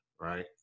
right